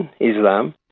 Islam